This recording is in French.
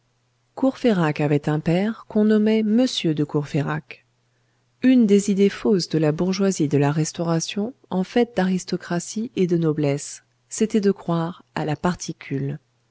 courfeyrac avait un père qu'on nommait m de courfeyrac une des idées fausses de la bourgeoisie de la restauration en fait d'aristocratie et de noblesse c'était de croire à la particule